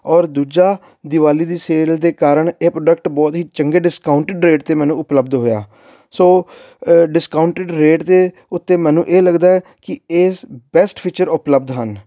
ਔਰ ਦੂਜਾ ਦੀਵਾਲੀ ਦੀ ਸੇਲ ਦੇ ਕਾਰਨ ਇਹ ਪ੍ਰੋਡਕਟ ਬਹੁਤ ਹੀ ਚੰਗੇ ਡਿਸਕਾਊਂਟਡ ਰੇਟ 'ਤੇ ਮੈਨੂੰ ਉਪਲਬਧ ਹੋਇਆ ਸੋ ਡਿਸਕਾਊਂਟਡ ਰੇਟ ਦੇ ਉੱਤੇ ਮੈਨੂੰ ਇਹ ਲੱਗਦਾ ਕਿ ਇਹ ਸ ਬੈਸਟ ਫੀਚਰ ਉਪਲਬਧ ਹਨ